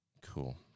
Cool